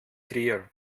trier